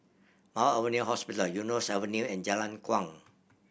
Mount Alvernia Hospital Eunos Avenue and Jalan Kuang